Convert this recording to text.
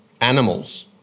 animals